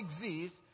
exist